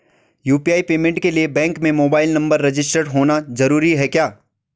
UPI payment के लिए bank में मोबाइल नंबर रजिस्टर्ड होना जरूरी है क्या?